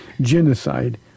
genocide